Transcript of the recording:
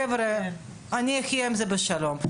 חבר'ה, אני אחיה עם זה בשלום.